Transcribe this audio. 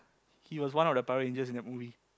he was one of the Power-Rangers in that movie